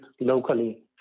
locally